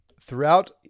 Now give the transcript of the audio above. Throughout